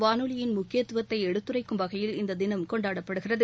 வானொலியின் முக்கியத்துவத்தை எடுத்துரைக்கும் வகையில் இந்த தினம் கொண்டாடப்படுகிறது